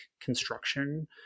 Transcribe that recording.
construction